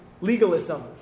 legalism